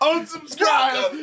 Unsubscribe